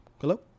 Hello